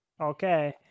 Okay